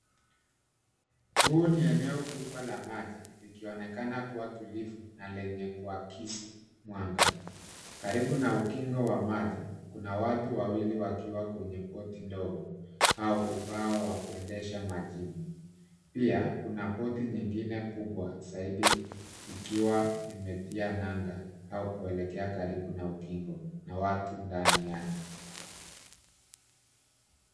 Huu ni eneo kubwa la maji ikionekana kuwa tulivu na lenye kuakisi mwanga, karibu na ukingo wa maji kuna watu wawili wakiwa kwenye boti ndogo au ubao wa kuendesha majini pia kuna boti nyengine kubwa zaidi ikiwa imetia nanga au kuelekea karibu na ukingo na watu ndani yake.